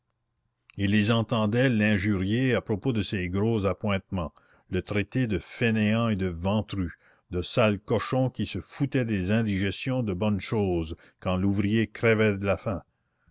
il les entendait l'injurier à propos de ses gros appointements le traiter de fainéant et de ventru de sale cochon qui se foutait des indigestions de bonnes choses quand l'ouvrier crevait la faim